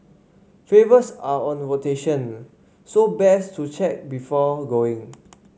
flavours are on rotation so best to check before going